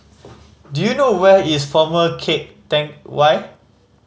do you know where is Former Keng Teck Whay